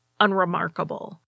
unremarkable